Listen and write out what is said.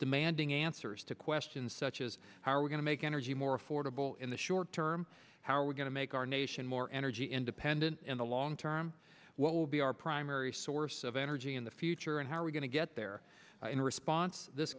demanding answers to questions such as how are we going to make energy more affordable in the short term how we're going to make our nation more energy independent in the long term what will be our primary source of energy in the future and how we're going to get there in response this